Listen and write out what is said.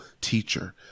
teacher